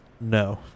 No